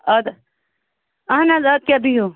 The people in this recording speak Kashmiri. اَدٕ اَہَن حظ اَدٕ کیٛاہ بِہِو